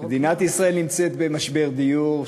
מדינת ישראל נמצאת במשבר דיור,